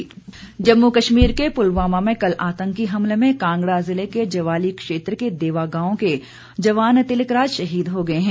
शहीद जम्मू कश्मीर के पुलवामा में कल आतंकी हमले में कांगड़ा जिले के ज्वाली क्षेत्र के देवा गांव के जवान तिलक राज शहीद हो गए हैं